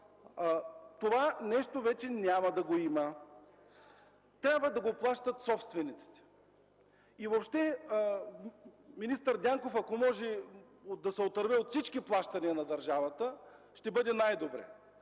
това нещо вече няма да го има! Трябва да го плащат собствениците. Въобще министър Дянков ако може да се отърве от всички плащания на държавата, ще бъде най-добре.